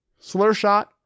Slurshot